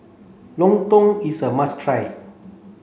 Lontong is a must try